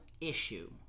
issue